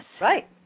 Right